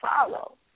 follow